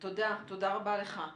תודה רבה לך.